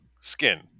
skin